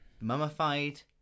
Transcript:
mummified